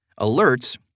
Alerts